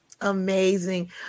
Amazing